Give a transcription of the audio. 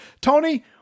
Tony